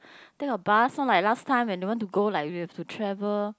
take a bus not like last time when you want to go like you have to travel